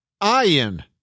Iron